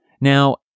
Now